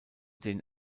den